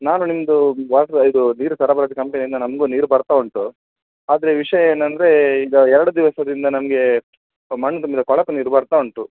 ನಾನು ನಿಮ್ಮದು ವಾಟ್ರ್ ಇದು ನೀರು ಸರಬರಾಜು ಕಂಪನಿಯಿಂದ ನಮಗೂ ನೀರು ಬರ್ತಾ ಉಂಟು ಆದರೆ ವಿಷಯ ಏನೆಂದರೆ ಈಗ ಎರಡು ದಿವಸದಿಂದ ನಮಗೆ ಮಣ್ಣು ತುಂಬಿದ ಕೊಳಕು ನೀರು ಬರ್ತಾ ಉಂಟು